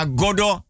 godo